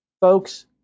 Folks